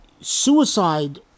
suicide